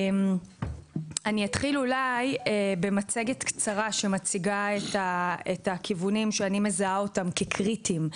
אני אתחיל במצגת קצרה שמציגה את הכיוונים שאני מזהה כקריטיים.